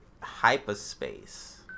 Hyperspace